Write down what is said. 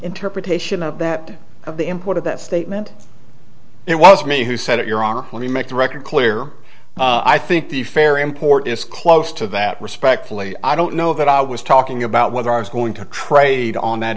interpretation of that of the import of that statement it was me who said it your honor let me make the record clear i think the fair import is close to that respectfully i don't know that i was talking about whether i was going to trade on that